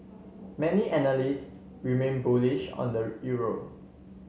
many analysts remain bullish on the euro